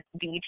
Beach